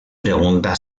pregunta